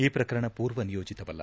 ಈ ಪ್ರಕರಣ ಪೂರ್ವ ನಿಯೋಜಿತವಲ್ಲ